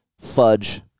fudge